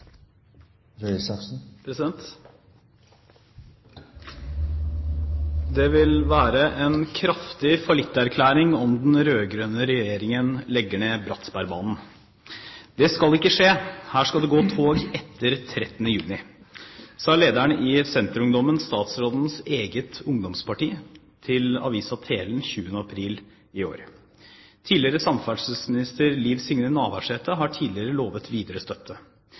««Det vil være en kraftig fallitterklæring om den rødgrønne regjeringen legger ned Bratsbergbanen. Det skal ikke skje. Her skal det gå tog etter 13. juni», sa lederen i Senterungdommen, statsrådens eget ungdomsparti, til Telen 20. april i år. Tidligere samferdselsminister Liv Signe Navarsete har tidligere lovet videre støtte.